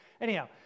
Anyhow